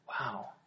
Wow